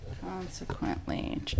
Consequently